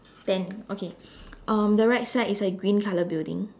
ten okay um the right side is a green color building